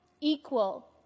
equal